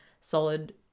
solid